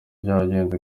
byagenze